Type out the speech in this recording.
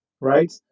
right